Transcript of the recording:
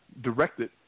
directed